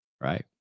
right